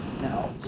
No